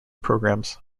programs